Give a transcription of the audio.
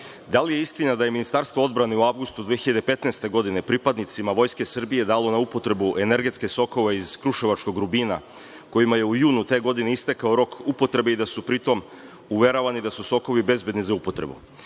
li je istina da je Ministarstvo odbrane u avgustu 2015. godine pripadnicima Vojske Srbije dalo na upotrebu energetske sokove iz kruševačkog „Rubina“, kojima je u junu te godine istekao rok upotrebe i da su pritom uveravani da su sokovi bezbedni za upotrebu? Naime,